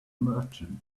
merchant